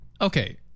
Okay